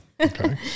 Okay